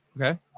Okay